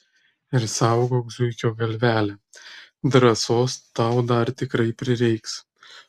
ir saugok zuikio galvelę drąsos tau dar tikrai prireiks